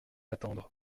attendre